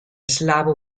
slavo